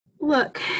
Look